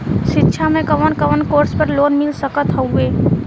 शिक्षा मे कवन कवन कोर्स पर लोन मिल सकत हउवे?